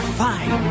fine